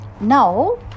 Now